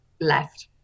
left